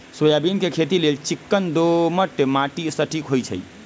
soybean के खेती लेल चिक्कन दोमट माटि सटिक होइ छइ